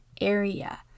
area